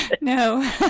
No